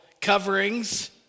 coverings